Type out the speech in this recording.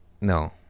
No